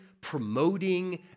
promoting